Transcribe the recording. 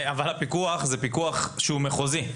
אבל הפיקוח הוא פיקוח מחוזי.